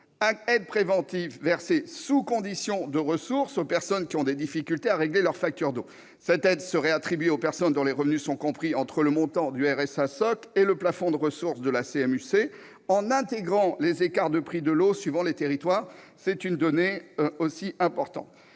à l'eau, versée sous condition de ressources aux personnes qui ont des difficultés à régler leurs factures d'eau. Cette aide serait attribuée aux personnes dont les revenus sont compris entre le montant du RSA socle et le plafond de ressources de la CMU-C, en intégrant les écarts de prix de l'eau suivant les territoires- c'est une donnée importante.